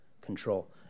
Control